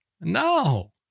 No